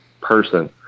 person